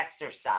exercise